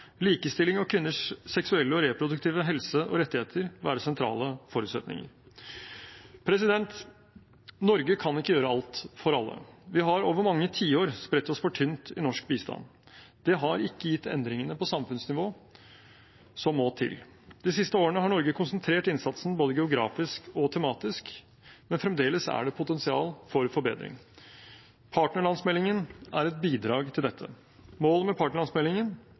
likestilling og kvinners seksuelle og reproduktive helse og rettigheter være sentrale forutsetninger. Norge kan ikke gjøre alt for alle. Vi har over mange tiår spredt oss for tynt i norsk bistand. Det har ikke gitt de endringene på samfunnsnivå som må til. De siste årene har Norge konsentrert innsatsen både geografisk og tematisk, men fremdeles er det potensial for forbedring. Partnerlandsmeldingen er et bidrag til dette. Målet med partnerlandsmeldingen